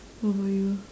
what about you